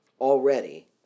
already